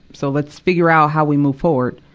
so let's figure out how we move forward.